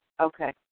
Okay